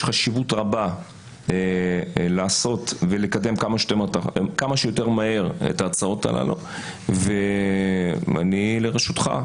יש חשיבות רבה לעשות ולקדם כמה שיותר מהר את ההצעות הללו ואני לרשותך.